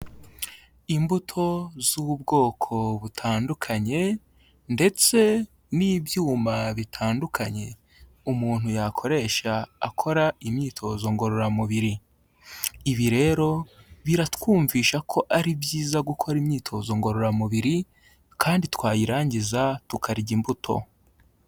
Imbuto z'ubwoko butandukanye ndetse n'ibyuma bitandukanye umuntu yakoresha akora imyitozo ngororamubiri. Ibi rero biratwumvisha ko ari byiza gukora imyitozo ngororamubiri kandi twayirangiza tukarya imbuto.